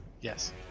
yes